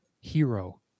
hero